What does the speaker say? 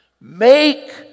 Make